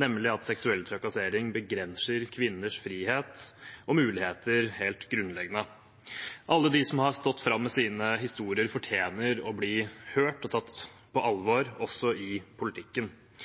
nemlig at seksuell trakassering begrenser kvinners frihet og muligheter helt grunnleggende. Alle de som har stått fram med sine historier, fortjener å bli hørt og bli tatt på alvor, også i politikken.